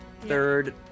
Third